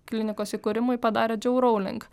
klinikos įkūrimui padarė džiau rauling